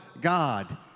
God